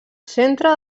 centre